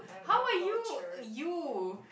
how are you you